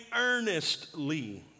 earnestly